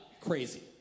crazy